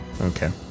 Okay